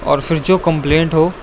اور پھر جو کمپلینٹ ہو